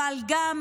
אבל גם